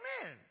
Amen